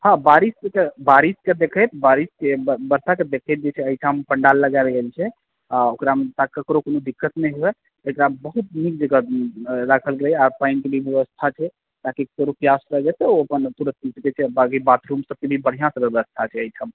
हँ बारिश के देखैत बारिश के बरसा के देखैत जे छै एहिठाम पंडाल लगाओल गेल छै आ ओकरा मे ककरो कोनो दिक्कत नहि हुए एकरा बहुत नीक जकाँ राखल गेलैया आर पानि के भी व्यवस्था छै ताकि ककरो प्यास लगलै तऽ ओ अपन तुरत पी सकै छै बाकि बाथरूम सबके भी बढ़िऑंसँ व्यवस्था छै एहिठम